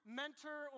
mentor